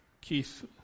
Keith